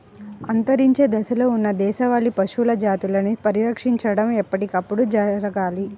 అంతరించే దశలో ఉన్న దేశవాళీ పశువుల జాతులని పరిరక్షించడం ఎప్పటికప్పుడు జరగాలి